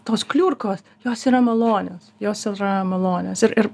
tos kliurkos jos yra malonios jos yra malonios ir ir